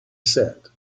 said